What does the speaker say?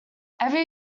every